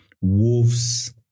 Wolves